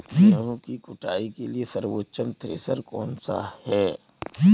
गेहूँ की कुटाई के लिए सर्वोत्तम थ्रेसर कौनसा है?